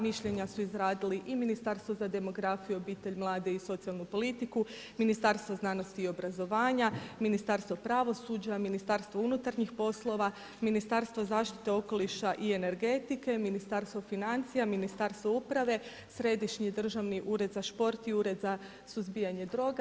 Mišljenja su izradili i Ministarstvo za demografiju obitelj, mlade i socijalnu politiku, Ministarstvo znanosti i obrazovanja, Ministarstvo pravosuđa, Ministarstvo unutarnjih poslova, Ministarstvo zaštite okoliša i energetike, Ministarstvo financija, Ministarstvo uprave, Središnji državni ured za šport i Ured za suzbijanja droga.